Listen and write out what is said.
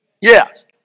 Yes